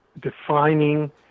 defining